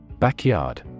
Backyard